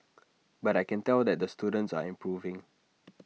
but I can tell that the students are improving